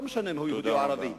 לא משנה אם הוא יהודי או ערבי.